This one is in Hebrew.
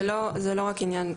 לא, זה לא רק עניין,